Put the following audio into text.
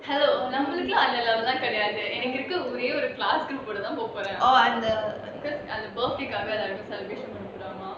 hello நம்மளுக்கெல்லாம் அதெல்லாம் கெடயாது எனக்கு இருக்க ஒரே ஒரு:nammalukellaam adhellaam kedayaathu enaku iruka orey oru class கு தான் போக போறேன்:ku thaan poga poraen because oh அந்த:antha because celebration for drama